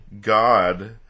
God